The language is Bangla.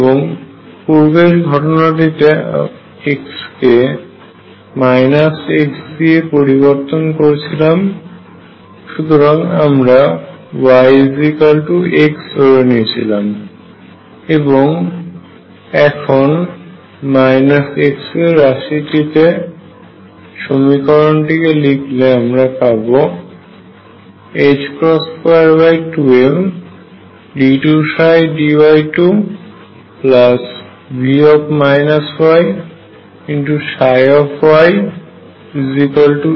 এবং পুর্বের ঘটনাটিতে x কে x দিয়ে পরিবর্তন করেছিলাম সুতরাং আমরা y x ধরে নিয়েছিলাম এবং এখন x এর রশিতে সমীকরণটিকে লিখলে আমরা পাব 22md2dy2V yyEψy